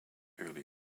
early